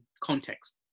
context